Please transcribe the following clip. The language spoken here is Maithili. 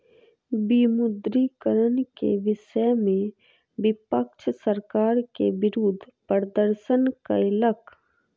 विमुद्रीकरण के विषय में विपक्ष सरकार के विरुद्ध प्रदर्शन कयलक